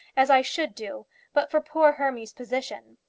as i should do but for poor hermy's position.